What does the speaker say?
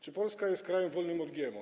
Czy Polska jest krajem wolnym od GMO?